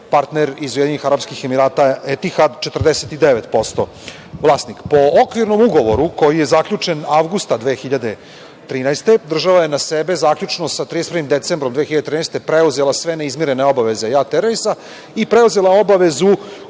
partner iz Ujedinjenih Arapskih Emirata „Etihad“ 49% vlasnik. Po okvirnom ugovoru koji je zaključen avgusta 2013. godine, država je na sebe zaključno sa 31. decembrom 2013. godine preuzela sve neizmirene obaveze „Jat ervejza“ i preuzela obavezu